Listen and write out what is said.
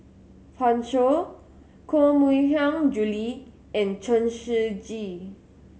Pan Shou Koh Mui Hiang Julie and Chen Shiji